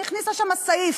היא הכניסה לשם סעיף,